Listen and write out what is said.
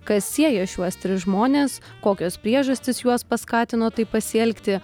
kas sieja šiuos tris žmones kokios priežastys juos paskatino taip pasielgti